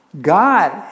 God